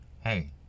hey